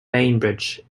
bainbridge